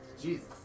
Jesus